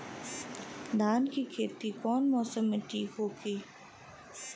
धान के खेती कौना मौसम में ठीक होकी?